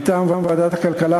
מטעם ועדת הכלכלה,